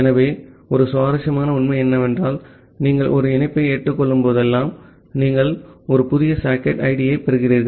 ஆகவே ஒரு சுவாரஸ்யமான உண்மை என்னவென்றால் நீங்கள் ஒரு இணைப்பை ஏற்றுக் கொள்ளும்போதெல்லாம் நீங்கள் ஒரு புதிய சாக்கெட் ஐடியைப் பெறுகிறீர்கள்